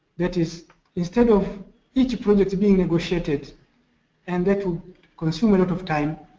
that is instead of each project being negotiated and that would consume a lot of time,